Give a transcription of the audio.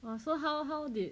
!wah! so how how did